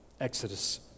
Exodus